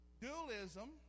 dualism